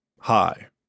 Hi